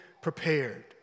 prepared